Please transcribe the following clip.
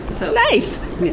Nice